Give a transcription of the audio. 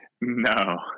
No